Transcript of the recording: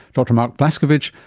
dr mark blaskovich,